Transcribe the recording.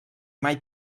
mai